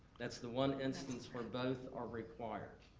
that's the one instance where both are required.